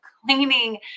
cleaning